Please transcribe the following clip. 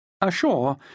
Ashore